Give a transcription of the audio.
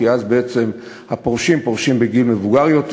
כי אז בעצם הפורשים פורשים בגיל מבוגר יותר,